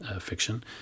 fiction